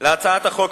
להצעת החוק,